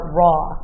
raw